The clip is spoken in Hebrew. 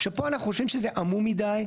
עכשיו, פה אנחנו חושבים שזה עמום מידי.